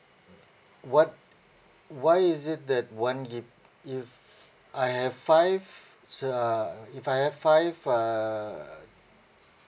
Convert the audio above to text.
what why is it that one gig if I have five so uh if I have five uh